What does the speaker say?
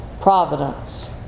providence